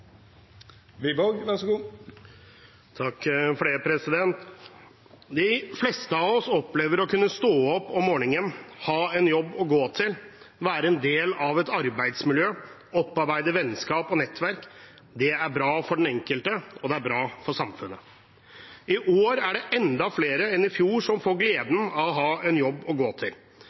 ha en jobb å gå til, være en del av et arbeidsmiljø og opparbeide vennskap og nettverk. Det er bra for den enkelte, og det er bra for samfunnet. I år er det enda flere enn i fjor som får gleden av å ha en jobb å gå til.